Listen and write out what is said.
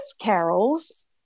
carols